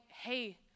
Hey